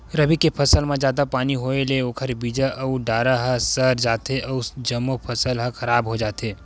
रबी के फसल म जादा पानी होए ले ओखर बीजा अउ डारा ह सर जाथे अउ जम्मो फसल ह खराब हो जाथे